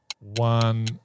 one